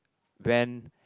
bend